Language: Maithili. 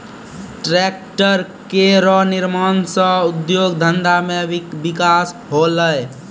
ट्रेक्टर केरो निर्माण सँ उद्योग धंधा मे बिकास होलै